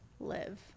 Live